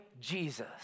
Jesus